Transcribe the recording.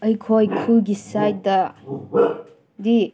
ꯑꯩꯈꯣꯏ ꯈꯨꯜꯒꯤ ꯁꯥꯏꯠꯇꯗꯤ